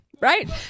right